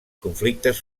conflictes